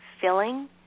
Filling